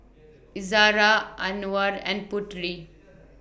Izzara Anuar and Putri